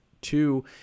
two